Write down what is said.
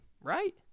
Right